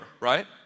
right